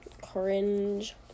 Cringe